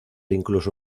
incluso